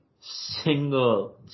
single